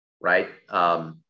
right